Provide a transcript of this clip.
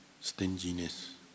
stinginess